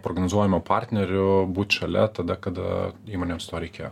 prognozuojamu partneriu būt šalia tada kada įmonėms to reikėjo